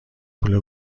پول